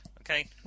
Okay